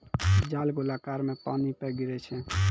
जाल गोलाकार मे पानी पे गिरै छै